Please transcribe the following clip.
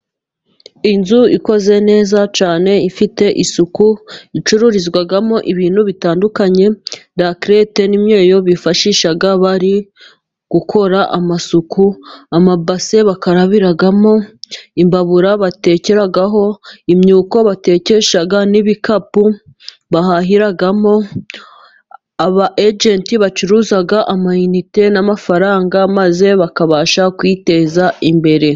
Inzu ikoze neza cyane ifite isuku, icururizwamo ibintu bitandukanye: Lakilete n'imyeyo bifashisha bari gukora amasuku, amabase bakarabiramo, imbabura batekeraho, imyuko batekesha n'ibikapu bahahiramo. Abagenti bacuruza amayinite n'amafaranga maze bakabasha kwiteza imbere.